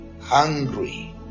hungry